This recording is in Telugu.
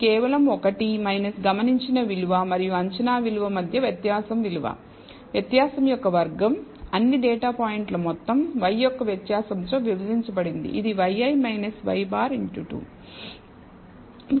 ఇది కేవలం 1 గమనించిన విలువ మరియు అంచనా మధ్య వ్యత్యాసం విలువ వ్యత్యాసం యొక్క వర్గం అన్ని డేటా పాయింట్ల మొత్తం y యొక్క వ్యత్యాసంతో విభజించబడింది ఇది yi y̅ 2